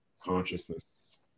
consciousness